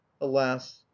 Alas